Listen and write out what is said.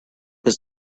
was